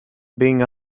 being